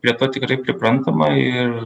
prie to tikrai priprantama ir